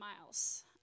miles